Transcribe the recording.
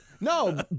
No